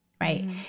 right